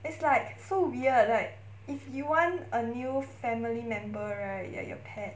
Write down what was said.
it's like so weird like if you want a new family member right like your pet